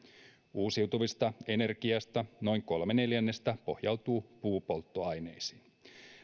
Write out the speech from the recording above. uusiutuvasta energiasta noin kolme neljännestä pohjautuu puupolttoaineisiin